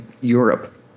Europe